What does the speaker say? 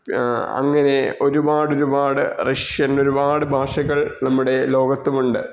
അങ്ങനെ ഒരുപാട് ഒരുപാട് റഷ്യൻ ഒരുപാട് ഭാഷകൾ നമ്മുടെ ലോകത്തുമുണ്ട്